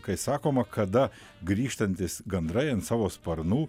kai sakoma kada grįžtantys gandrai ant savo sparnų